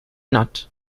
not